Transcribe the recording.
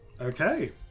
Okay